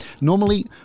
Normally